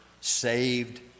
saved